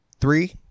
Three